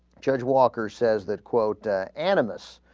judge walker says that quote ah. animus